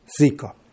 Zika